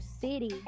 city